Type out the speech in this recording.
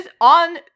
On